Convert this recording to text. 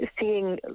seeing